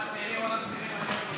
אורחים שלנו,